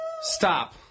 Stop